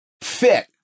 fit